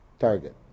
Target